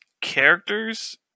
characters